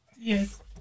Yes